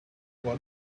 what